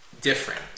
different